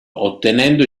ottenendo